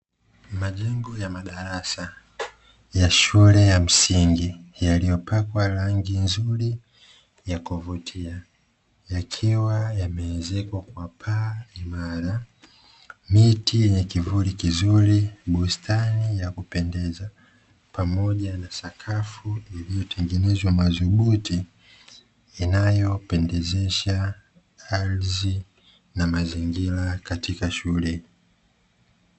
Majengo ya madarasa ya shule ya msingi, yaliyopakwa rangi nzuri ya kuvutia, yakiwa yameezekwa kwa paa imara, miti yenye kivuli kizuri, bustani ya kupendeza pamoja na sakafu iliyotengenezwa madhubuti; inayopendezesha ardhi na mazingira katika shule.